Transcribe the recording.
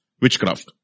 witchcraft